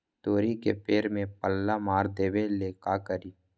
तोड़ी के पेड़ में पल्ला मार देबे ले का करी?